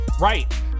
Right